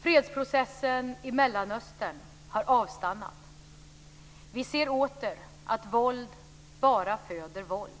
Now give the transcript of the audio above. Fredsprocessen i Mellanöstern har avstannat. Vi ser åter att våld bara föder våld.